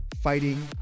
Fighting